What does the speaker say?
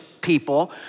people